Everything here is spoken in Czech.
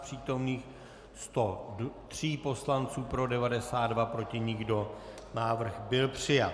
Z přítomných 103 poslanců pro 92, proti nikdo, návrh byl přijat.